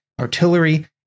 artillery